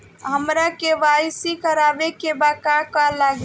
हमरा के.वाइ.सी करबाबे के बा का का लागि?